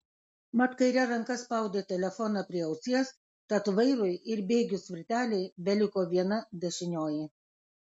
mat kaire ranka spaudė telefoną prie ausies tad vairui ir bėgių svirtelei beliko viena dešinioji